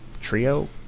trio